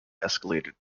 escalated